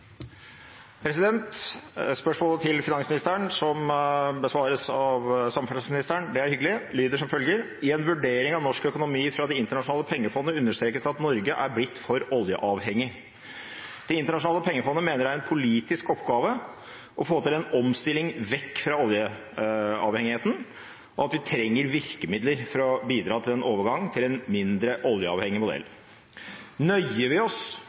Spørsmålet til finansministeren som besvares av samferdselsministeren – og det er hyggelig – lyder som følger: «I en vurdering av norsk økonomi fra IMF understrekes det at Norge har blitt for oljeavhengig. IMF mener det er en politisk oppgave å få til en omstilling vekk fra oljeavhengigheten, og at vi trenger virkemidler som bidrar til en myk overgang til en mindre oljeavhengig vekstmodell. Nøler vi